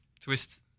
twist